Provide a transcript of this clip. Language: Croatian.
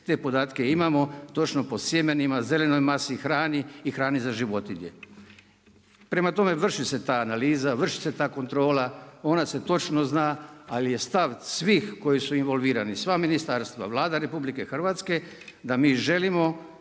te podatke imamo točno po sjemenima, zelenoj masi, hrani i hrani za životinje. Prema tome, vrši se ta analiza, vrši se ta kontrola. Ona se točno zna, ali je stav svih koji su involvirani, sva ministarstva, Vlada RH da mi želimo